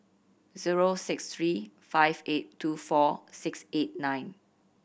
zero six three five eight two four six eight nine